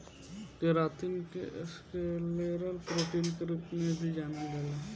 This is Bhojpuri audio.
केरातिन के स्क्लेरल प्रोटीन के रूप में भी जानल जाला